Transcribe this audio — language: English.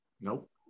Nope